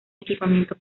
equipamiento